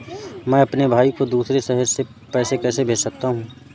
मैं अपने भाई को दूसरे शहर से पैसे कैसे भेज सकता हूँ?